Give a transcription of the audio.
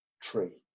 tree